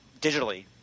digitally